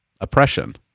oppression